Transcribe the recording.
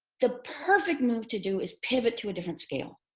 the perfect move to do is pivot to a different scale.